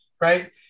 right